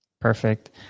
Perfect